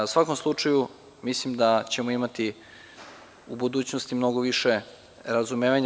U svakom slučaju, mislim da ćemo imati u budućnosti mnogo više razumevanja.